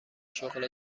شغل